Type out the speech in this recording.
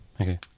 Okay